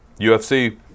UFC